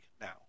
now